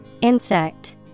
Insect